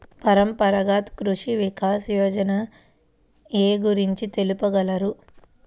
పరంపరాగత్ కృషి వికాస్ యోజన ఏ గురించి తెలుపగలరు?